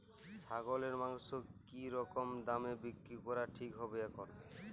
ছাগলের মাংস কী রকম দামে বিক্রি করা ঠিক হবে এখন?